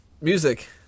music